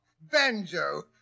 Banjo